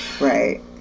right